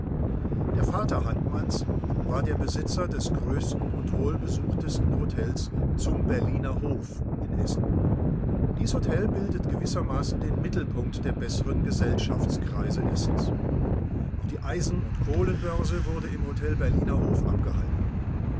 der vater hartmanns war der besitzer des größten und wohl besuchtesten hotels zum berliner hof in essen dies hotel bildete gewissermaßen den mittelpunkt der besseren gesellschaftskreise essens auch die eisen und kohlenbörse wurde im hotel berliner hof abgehalten